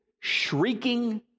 shrieking